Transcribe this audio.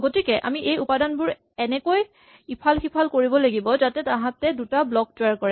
গতিকে আমি এই উপাদানবোৰ এনেকৈ ইফাল সিফাল কৰিব লাগিব যাতে তাহাঁতে দুটা ব্লক তৈয়াৰ কৰে